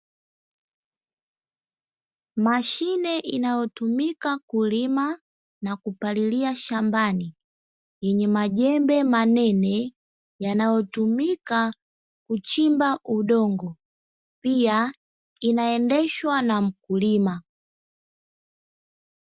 Mashine inayotumika kulima na kupalilia shambani yenye majembe manene, yanayotumika kuchimba udongo pia linaendeshwa na mkulima.